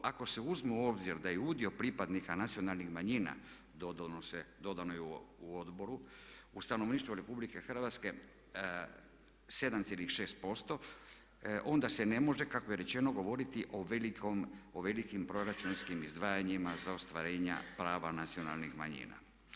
Ako se uzme u obzir da je udio pripadnika nacionalnih manjina, dodano je u odboru, u stanovništvu Republike Hrvatske 7,6% onda se ne može, kako je rečeno, govoriti o velikim proračunskim izdvajanjima za ostvarenje prava nacionalnih manjina.